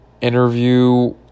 interview